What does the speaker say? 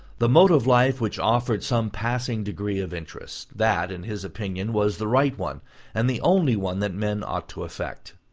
the mode of life which offered some passing degree of interest that, in his opinion, was the right one and the only one that men ought to affect.